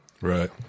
Right